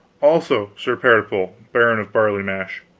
also sir pertipole, baron of barley mash.